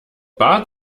bart